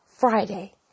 Friday